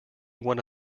one